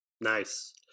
Nice